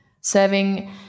Serving